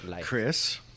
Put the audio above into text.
Chris